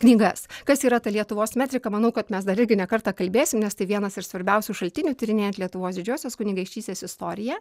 knygas kas yra ta lietuvos metrika manau kad mes dar irgi ne kartą kalbėsim nes tai vienas iš svarbiausių šaltinių tyrinėjant lietuvos didžiosios kunigaikštystės istoriją